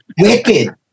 Wicked